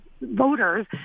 voters